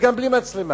וגם בלי מצלמה.